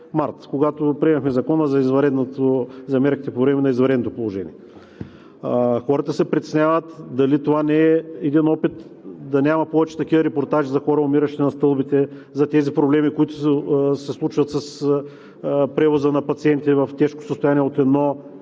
по време на извънредното положение. Хората се притесняват дали това не е един опит да няма повече такива репортажи за хора, умиращи на стълбите, за тези проблеми, които се случват с превоза на пациенти в тежко състояние от едно